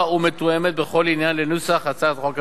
ומתואמת בכל עניין לנוסח הצעת החוק הממשלתית,